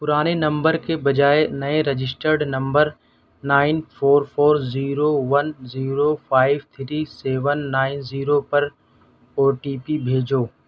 پرانے نمبر کے بجائے نئے registered number nine four four zero one zero five three seven nine zero پر او ٹی پی بھیجو